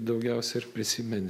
daugiausia ir prisimeni